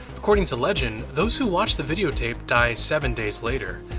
according to legend, those who watch the videotape die seven days later.